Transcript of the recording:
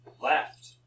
left